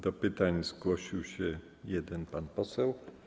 Do pytań zgłosił się jeden pan poseł.